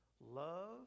Love